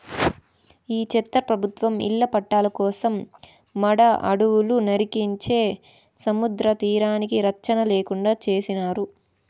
ఈ చెత్త ప్రభుత్వం ఇళ్ల పట్టాల కోసం మడ అడవులు నరికించే సముద్రతీరానికి రచ్చన లేకుండా చేసినారు